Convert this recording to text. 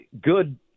good